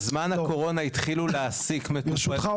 בזמן הקורונה התחילו להעסיק- -- ברשותך,